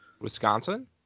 Wisconsin